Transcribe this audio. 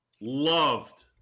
loved